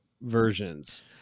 versions